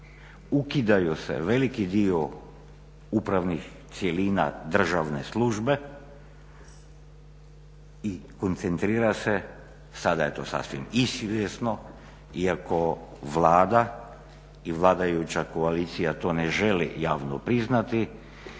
Ukidaju se veliki dio upravnih cjelina državne službe i koncentrira se, sada je to sasvim izvjesno iako Vlada i vladajuća koalicija to ne žele javno priznati